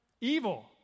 Evil